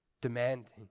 Demanding